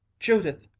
judith!